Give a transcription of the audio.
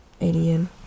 alien